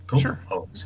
Sure